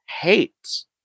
hates